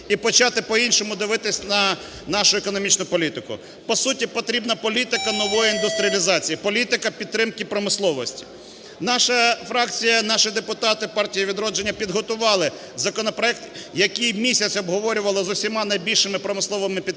і почали по-іншому дивитись на нашу економічну політику. По суті потрібна політики нової індустріалізації, політика підтримки промисловості. Наша фракція, наші депутати "Партії "Відродження" підготували законопроект, який місяць обговорювали з усіма найбільшими промисловими підприємствами,